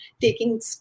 taking